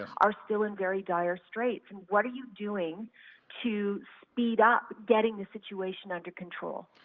are still in very dire straits. and what are you doing to speed up getting the situation under control?